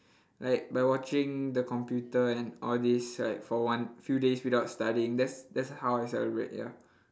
like by watching the computer and all these right for one few days without studying that's that's how I celebrate ya